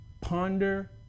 Ponder